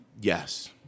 Yes